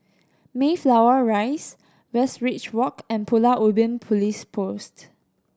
Mayflower Rise Westridge Walk and Pulau Ubin Police Post